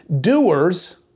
Doers